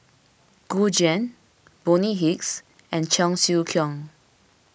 Gu Juan Bonny Hicks and Cheong Siew Keong